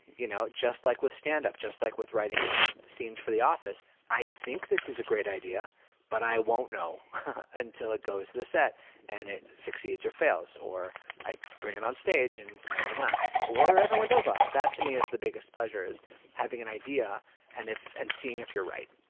you know just like with standup, just like with writing scenes for the office i think this is a great idea but i won't know until it goes to the set and it succeeds or fails. or i bring it onstage and no one laughs or everyone does laugh. that, to me, is the biggest pleasure having an idea and and seeing if you're right.